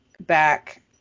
back